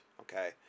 Okay